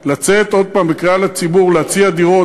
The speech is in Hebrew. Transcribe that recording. לצאת עוד הפעם בקריאה לציבור להציע דירות